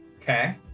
Okay